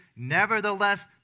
Nevertheless